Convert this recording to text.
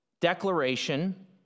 declaration